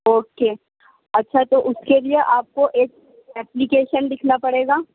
okay اچھا تو اس کے لئے آپ کو ایک ایپلیکیشن لکھنا پڑے گا